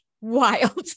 wild